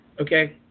okay